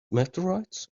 meteorites